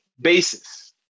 basis